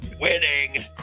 Winning